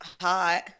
hot